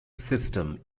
system